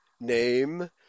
name